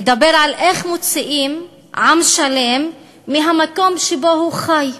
לדבר על איך מוציאים עם שלם מהמקום שבו הוא חי,